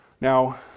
Now